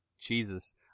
Jesus